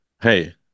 Hey